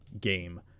game